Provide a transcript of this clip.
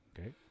okay